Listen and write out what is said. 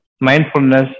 mindfulness